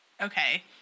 okay